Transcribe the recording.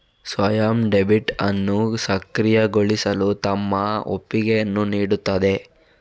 ಸ್ವಯಂ ಡೆಬಿಟ್ ಅನ್ನು ಸಕ್ರಿಯಗೊಳಿಸಲು ತಮ್ಮ ಒಪ್ಪಿಗೆಯನ್ನು ನೀಡುತ್ತದೆ